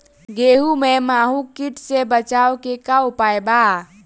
गेहूँ में माहुं किट से बचाव के का उपाय बा?